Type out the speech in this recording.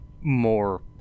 more